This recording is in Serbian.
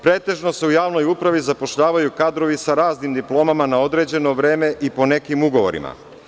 Pretežno se u javnoj upravi zapošljavaju kadrovi sa raznim diplomama na određeno vreme i po nekim ugovorima.